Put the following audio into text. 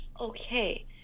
Okay